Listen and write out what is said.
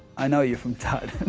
i know you from tut.